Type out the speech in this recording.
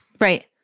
Right